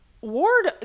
ward